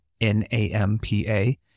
N-A-M-P-A